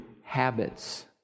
habits